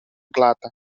glata